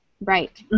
right